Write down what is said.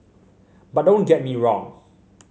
but don't get me wrong